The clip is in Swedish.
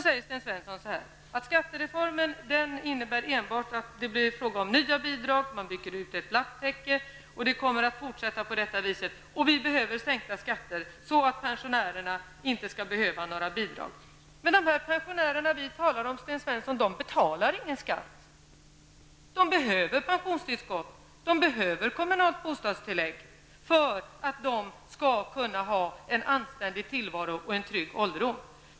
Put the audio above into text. Sten Svensson säger att skattereformen innebär att det enbart blir fråga om nya bidrag, man bygger ett lapptäcke, och det kommer att fortsätta på detta vis. Vi behöver i stället sänkta skatter, så pensionärerna inte skall behöva några bidrag. Men de pensionärer som vi talar om, Sten Svensson, betalar ingen skatt. De behöver pensionstillskott och kommunalt bostadstillägg för en anständig tillvaro och en trygg ålderdom.